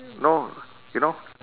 no you know